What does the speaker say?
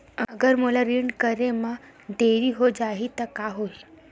अगर मोला ऋण करे म देरी हो जाहि त का होही?